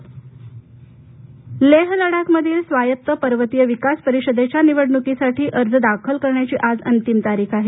लेह निवडणूक लेह लडाखमधील स्वायत्त पर्वतीय विकास परिषदेच्या निवडणूकीसाठी अर्ज दाखल करण्याची आज अंतिम तारीख आहे